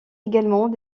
également